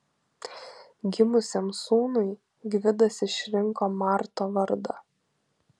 gimusiam sūnui gvidas išrinko marto vardą